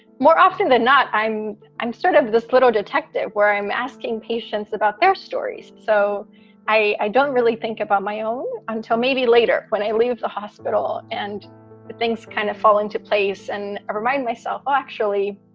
more often than not, i'm i'm sort of this little detective where i'm asking patients about their stories. so i i don't really think about my own until maybe later when i leave the hospital and things kind of fall into place. and i remind myself, actually,